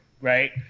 Right